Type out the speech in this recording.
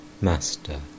Master